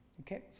okay